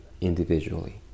individually